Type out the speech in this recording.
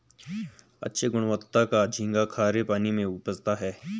अच्छे गुणवत्ता का झींगा खरे पानी में उपजता है